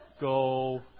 go